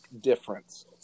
difference